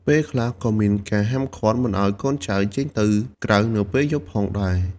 ពេលខ្លះ ក៏មានការហាមឃាត់មិនឱ្យកូនចៅចេញទៅក្រៅនៅពេលយប់ផងដែរ។